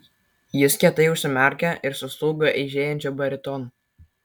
jis kietai užsimerkė ir sustūgo eižėjančiu baritonu